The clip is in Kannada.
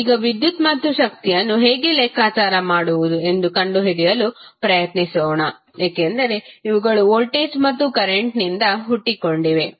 ಈಗ ವಿದ್ಯುತ್ ಮತ್ತು ಶಕ್ತಿಯನ್ನು ಹೇಗೆ ಲೆಕ್ಕಾಚಾರ ಮಾಡುವುದು ಎಂದು ಕಂಡುಹಿಡಿಯಲು ಪ್ರಯತ್ನಿಸೋಣ ಏಕೆಂದರೆ ಇವುಗಳು ವೋಲ್ಟೇಜ್ ಮತ್ತು ಕರೆಂಟ್ನಿಂದ ಹುಟ್ಟಿಕೊಂಡಿವೆ